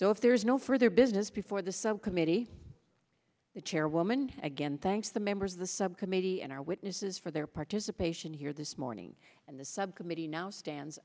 so if there is no further business before the subcommittee the chairwoman again thanks the members of the subcommittee and our witnesses for their participation here this morning and the subcommittee now stands